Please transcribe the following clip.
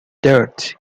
dirt